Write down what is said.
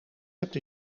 hebt